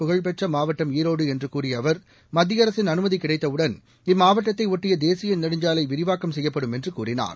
புகழ்பெற்றமாவட்டம் ஈரோடுஎன்றுகூறியஅவர் மஞ்சள் மத்தியஅரசின் சந்தைக்கு அனுமதிகிடைத்தவுடன் இம்மாவட்டத்தைஒட்டியதேசியநெடுஞ்சாலைவிரிவாக்கம் செய்யப்படும் என்றுகூறினார்